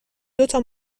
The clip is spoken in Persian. دوتا